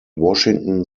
washington